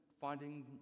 finding